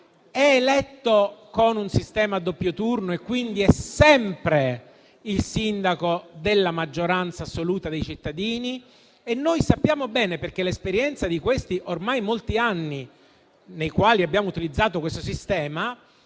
è eletto con un sistema a doppio turno, e quindi è sempre il sindaco della maggioranza assoluta dei cittadini. L'esperienza di questi ormai molti anni, nei quali abbiamo utilizzato questo sistema,